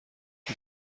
این